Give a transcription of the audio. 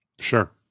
Sure